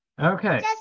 Okay